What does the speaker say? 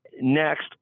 Next